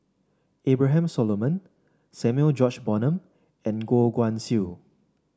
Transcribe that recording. Abraham Solomon Samuel George Bonham and Goh Guan Siew